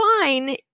fine